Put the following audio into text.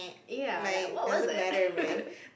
ya like what was that